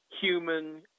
human